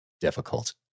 difficult